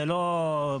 זה לא מידי,